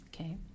Okay